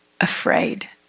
afraid